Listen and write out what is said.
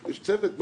יש צוות מכובד,